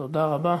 תודה רבה.